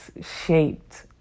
shaped